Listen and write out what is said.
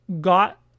got